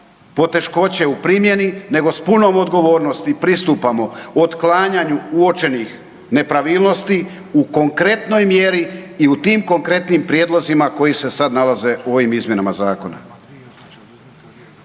teškoće u primjeni, nego s puno odgovornosti i pristupamo otklanjanju uočenih nepravilnosti u konkretnoj mjeri i u tim konkretnim prijedlozima koji se sada nalaze u ovim izmjenama Zakona.